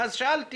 ואז שאלתי